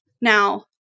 Now